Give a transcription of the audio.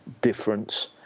difference